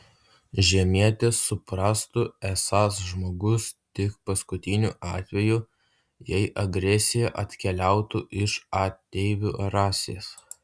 žemietis suprastų esąs žmogus tik paskutiniu atveju jei agresija atkeliautų iš ateivių rasės